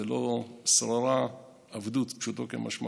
זו לא שררה, זו עבדות, פשוטו כמשמעו.